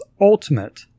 Ultimate